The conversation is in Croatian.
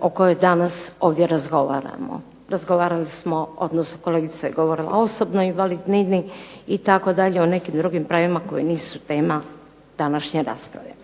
o kojoj danas ovdje razgovaramo. Razgovarali smo, odnosno kolegica je govorila o osobnoj invalidnini itd., o nekim drugim pravima koje nisu tema današnje rasprave.